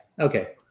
Okay